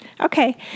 Okay